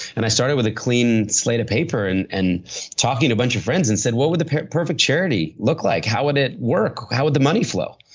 and i started with a clean slate of paper and and talking to a bunch of friends and said, what would the perfect charity look like? how would it work? how would the money flow?